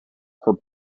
her